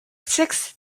six